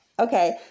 Okay